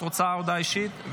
את רוצה הודעה אישית?